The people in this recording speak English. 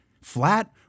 flat